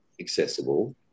accessible